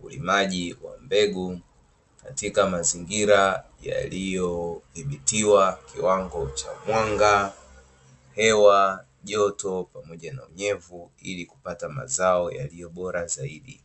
ulimaji wa mbegu katika mazingira yalidhibitiwa kiwango cha mwanga, hewa, joto pamoja na unyevu ili kupata mazao yaliyo bora zaidi.